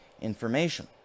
information